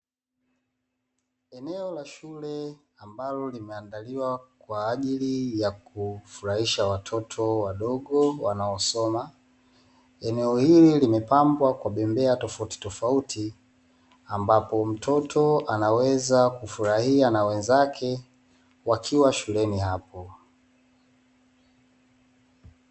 Eneo la shule, ambalo limeandaliwa kwa ajili ya kufurahisha watoto wadogo wanaosoma. Eneo hili limepambwa kwa benbea tofauti tofauti, ambapo mtoto anaweza kufurahia na wenzake wakiwa shuleni hapo.